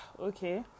Okay